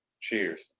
cheers